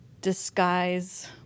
disguise